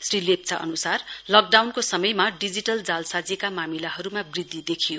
श्री लेप्चा अनुसार लकडाउनका समयमा डिजिटल जालसाजीका मामिलाहरुमा वृध्दि देखियो